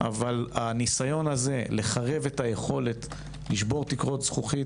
אבל הניסיון הזה לחרב את היכולת לשבור תקרות זכוכית